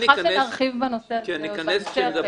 אני מבטיחה שנרחיב בנושא הזה עוד בהמשך,